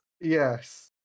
yes